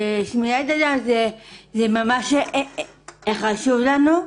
שמיעת האדם זה ממש חשוב לנו,